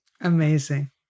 Amazing